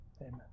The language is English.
Amen